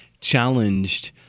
challenged